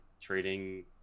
trading